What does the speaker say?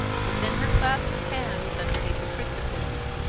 within her clasped hands, underneath the crucifix,